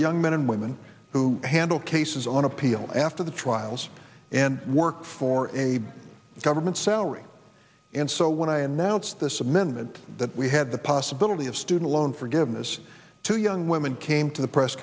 young men and women who handle cases on appeal after the trials and work for a government salary and so when i announced this amendment that we had the possibility of student loan forgiveness to young women came to the press